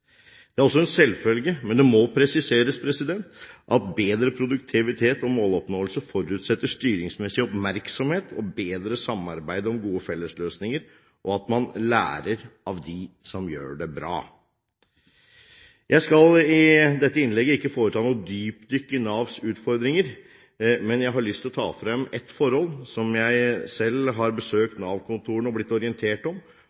Det er også en selvfølge, men det må presiseres at bedre produktivitet og måloppnåelse forutsetter styringsmessig oppmerksomhet og bedre samarbeid om gode fellesløsninger, og at man lærer av dem som gjør det bra. Jeg skal i dette innlegg ikke foreta noe dypdykk i Navs utfordringer, men jeg har lyst til å ta frem et forhold som jeg selv har besøkt Nav-kontor for å bli orientert om,